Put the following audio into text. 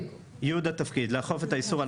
ייעוד התפקיד לאכוף את האיסור על